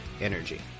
energy